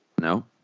No